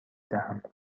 دهم